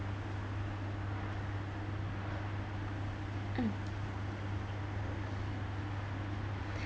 mm